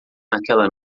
naquela